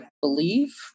believe